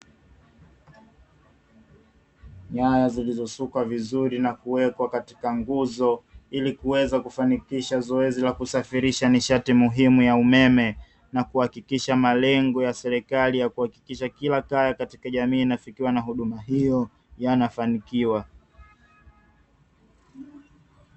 Nyaya zilizosukwa vizuri na kuekwa katika nguzo ili kuweza kufanikisha zoezi la kusafirisha nishati muhimu ya umeme, na kuhakikisha malengo ya serikali ya kuhakikisha kila kaya katika jamii inafikiwa na huduma hiyo yanafanikiwa.